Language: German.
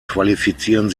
qualifizieren